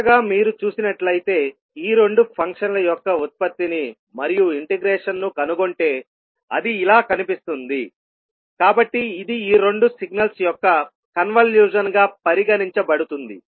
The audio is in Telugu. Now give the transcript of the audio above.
చివరగా మీరు చూసినట్లయితే ఈ రెండు ఫంక్షన్ల యొక్క ఉత్పత్తిని మరియు ఇంటెగ్రేషన్ ను కనుగొంటే అది ఇలా కనిపిస్తుందికాబట్టి ఇది ఈ రెండు సిగ్నల్స్ యొక్క కన్వల్యూషన్ గా పరిగణించబడుతుంది